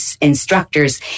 instructors